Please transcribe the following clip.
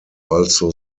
also